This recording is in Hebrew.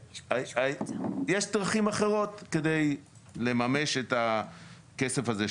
יש דרכים אחרות כדי לממש את הכסף הזה,